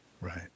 Right